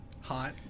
Hot